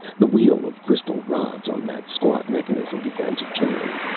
the wheel of crystal rods on that squat mechanism began to turn.